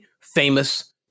famous